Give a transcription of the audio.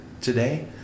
today